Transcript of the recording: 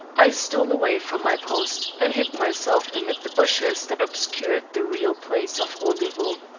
i stole away from my post and hid myself amid the bushes that obscured the real place of rendezvous.